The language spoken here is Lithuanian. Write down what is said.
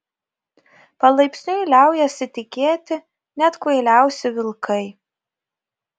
palaipsniui liaujasi tikėti net kvailiausi vilkai